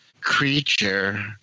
creature –